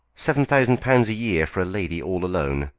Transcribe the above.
seven thousand pounds a year for a lady all alone,